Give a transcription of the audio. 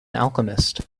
alchemist